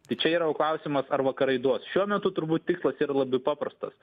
tai čia yra jau klausimas ar vakarai duos šiuo metu turbūt tikslas yra labai paprastas